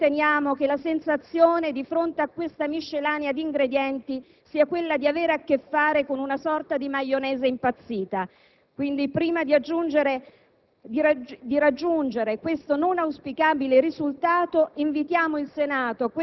del dolore severo; le disposizioni in materia di polizia mortuaria. La sensazione, di fronte a questa miscellanea di ingredienti, è quella di avere a che fare con un sorta di maionese impazzita. Quindi, prima di raggiungere